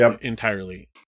entirely